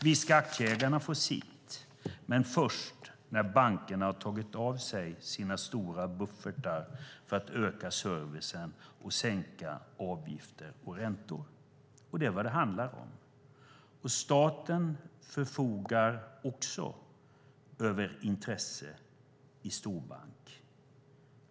Visst ska aktieägarna få sitt, men först när bankerna tagit av sina stora buffertar för att öka servicen och sänka avgifter och räntor." Det är vad det handlar om. Staten förfogar också över intresse i storbank.